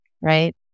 right